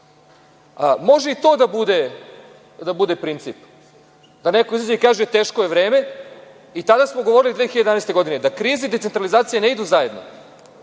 Može i to da bude princip, da neko izađe i kaže – teško je vreme. I tada smo govorili 2011. godine da kriza i centralizacija ne idu zajedno,